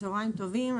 צוהריים טובים.